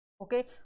Okay